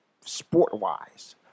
sport-wise